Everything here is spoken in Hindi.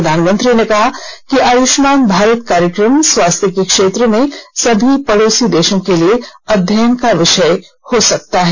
प्रधानमंत्री ने कहा कि आयुष्मान भारत कार्यक्रम स्वास्थ्य के क्षेत्र में सभी पडोसी देशों के लिए अध्ययन का विषय हो सकता है